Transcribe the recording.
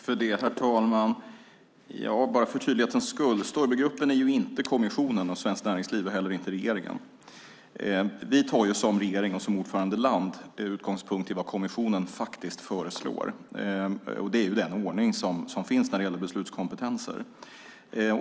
Herr talman! För tydlighetens skull vill jag säga att Stoibergruppen inte är kommissionen, svenskt näringsliv eller regeringen. Vi tar som regering och ordförandeland utgångspunkt i vad kommissionen faktiskt föreslår. Det är den ordning som finns när det gäller beslutskompetenser.